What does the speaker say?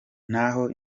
naho